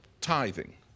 tithing